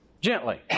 gently